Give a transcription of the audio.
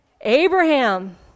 Abraham